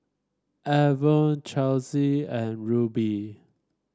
Evertt Chelsi and Rubie